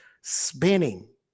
spinning